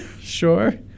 Sure